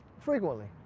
frequently,